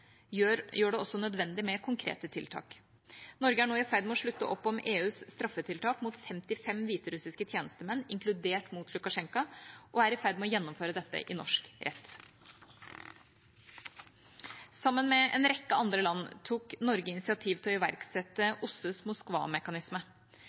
gjør det også nødvendig med konkrete tiltak. Norge er nå i ferd med å slutte opp om EUs straffetiltak mot 55 hviterussiske tjenestemenn, inkludert mot Lukasjenko, og er i ferd med å gjennomføre dette i norsk rett. Sammen med en rekke andre land tok Norge initiativ til å iverksette